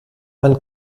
wann